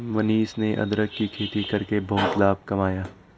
मनीष ने अदरक की खेती करके बहुत लाभ कमाया